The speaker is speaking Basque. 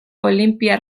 olinpiar